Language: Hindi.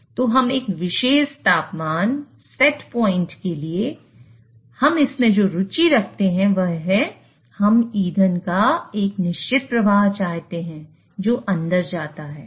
तो हम एक विशेष तापमान सेटपॉइंट के लिए हम इसमें जो रुचि रखते हैं वह है हम ईंधन का एक निश्चित प्रवाह चाहते हैं जो अंदर जाता है